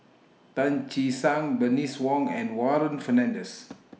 Tan Che Sang Bernice Wong and Warren Fernandez